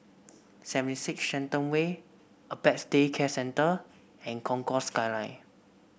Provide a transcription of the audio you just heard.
Seventy Six Shenton Way Apex Day Care Centre and Concourse Skyline